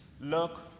Look